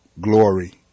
glory